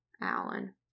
Alan